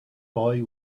boy